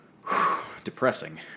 depressing